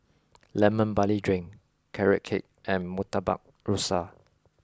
Lemon Barley Drink Carrot Cake and Murtabak Rusa